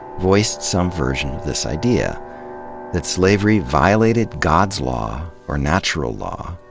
voiced some version of this idea that slavery violated god's law, or natural law,